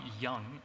young